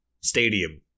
stadium